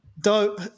dope